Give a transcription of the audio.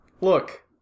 Look